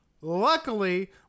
Luckily